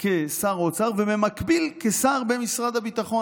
כשר אוצר ובמקביל כשר במשרד הביטחון.